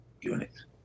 units